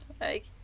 like-